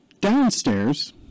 downstairs